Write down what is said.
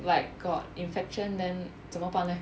like got infection then 怎么办 leh